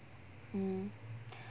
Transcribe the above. mm mm